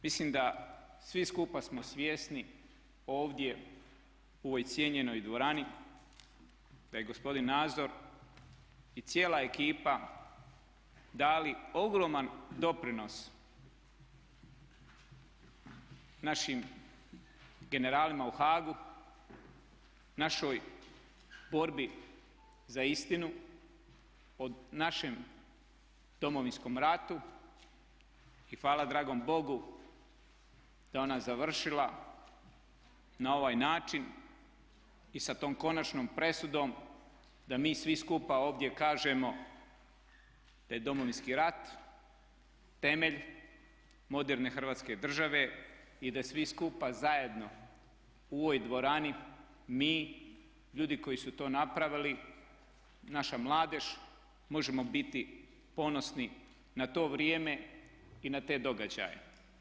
Mislim da svi skupa smo svjesni ovdje u ovoj cijenjenoj dvorani da je gospodin Nazor i cijela ekipa dali ogroman doprinos našim generalima u Haagu, našoj borbi za istinu o našem Domovinskom ratu i hvala dragom Bogu da je ona završila na ovaj način i sa tom konačnom presudom da mi svi skupa ovdje kažemo da je Domovinski rat temelj moderne Hrvatske države i da svi skupa zajedno u ovoj dvorani, mi ljudi koji su to napravili, naša mladež možemo biti ponosni na to vrijeme i na te događaje.